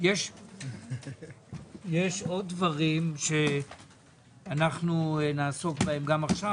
יש עוד דברים שנעסוק בהם גם עכשיו,